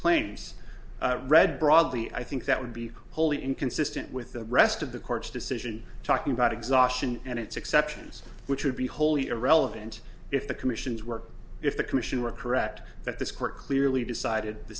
claims read broadly i think that would be wholly inconsistent with the rest of the court's decision talking about exhaustion and its exceptions which would be wholly irrelevant if the commission's work if the commission were correct that this court clearly decided the